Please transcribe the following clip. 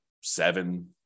seven